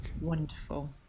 Wonderful